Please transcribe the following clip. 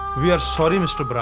we are sorry, mr. but